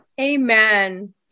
Amen